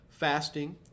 fasting